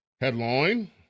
Headline